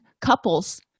couples